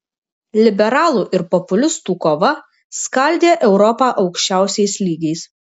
liberalų ir populistų kova skaldė europą aukščiausiais lygiais